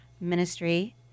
Ministry